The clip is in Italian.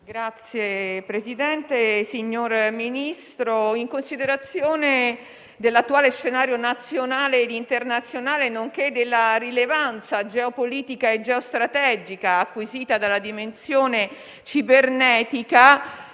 - Premesso che: in considerazione dell'attuale scenario nazionale ed internazionale, nonché della rilevanza geopolitica e geostrategica acquisita dalla dimensione cibernetica